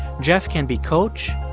jeff can be coach,